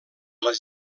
les